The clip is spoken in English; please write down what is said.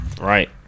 Right